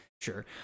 Sure